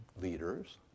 leaders